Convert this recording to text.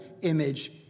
image